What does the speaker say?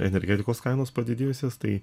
energetikos kainos padidėjusios tai